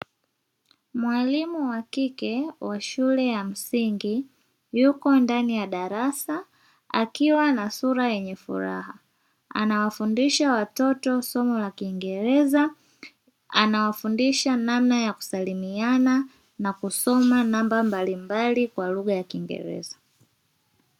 Mwalimu wa kike wa shule ya msingi yuko ndani ya darasa akiwa na sura yenye furaha anawafundisha watoto somo la kiingereza anawafundisha namna ya kusalimiana na kusoma namba mbalimbali kwa lugha ya kiingereza